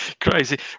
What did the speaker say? Crazy